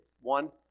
One